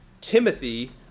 Timothy